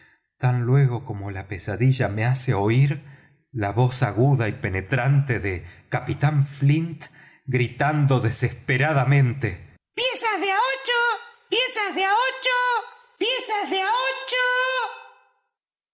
instante y como partiendo del rincón más oscuro de la pieza una voz chillona y aguda prorrumpió desaforadamente piezas de á ocho piezas de á ocho piezas de á ocho